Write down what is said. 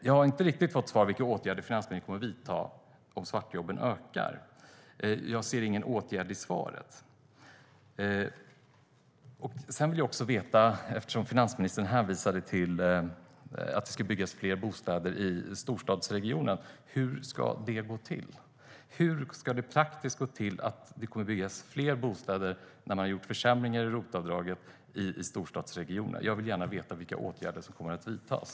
Jag har inte riktigt fått svar på vilka åtgärder finansministern kommer att vidta om svartjobben ökar. Jag hörde ingen åtgärd föreslås i ministerns svar. Eftersom finansministern hänvisade till att det ska byggas fler bostäder i storstadsregionerna undrar jag hur det ska gå till. Hur ska det praktiskt gå till att bygga fler bostäder i storstadsregionerna när man infört försämringar i ROT-avdraget? Jag vill gärna veta vilka åtgärder som kommer att vidtas.